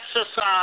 exercise